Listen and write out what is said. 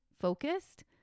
focused